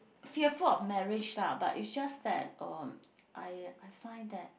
fearful of marriage lah but is just that uh I I find that